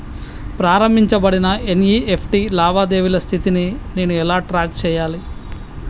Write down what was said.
ప్రారంభించబడిన ఎన్.ఇ.ఎఫ్.టి లావాదేవీల స్థితిని నేను ఎలా ట్రాక్ చేయాలి?